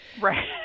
Right